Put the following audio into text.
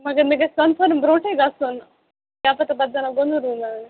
مگر مےٚ گژھِ کَنفٲرٕم برونٛٹھٕے گژھُن کیٛاہ پَتہ پَتہٕ زَنہٕ گوٚو نہٕ روٗم یَلہٕ